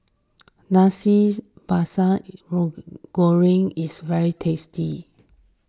Nasi Sambal Goreng is very tasty